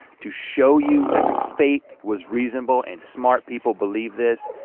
to show you that your faith was reasonable and smart people believed this.